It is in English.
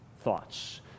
thoughts